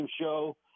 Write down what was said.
show